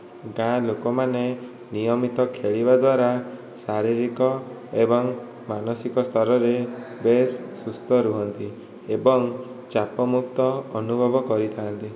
ଗାଁ ଲୋକମାନେ ନିୟମିତ ଖେଳିବା ଦ୍ୱାରା ଶାରୀରିକ ଏବଂ ମାନସିକ ସ୍ତରରେ ବେଶ ସୁସ୍ଥ ରୁହନ୍ତି ଏବଂ ଚାପମୁକ୍ତ ଅନୁଭବ କରିଥାନ୍ତି